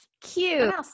Cute